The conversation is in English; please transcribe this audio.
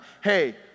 hey